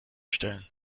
stellen